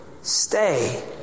Stay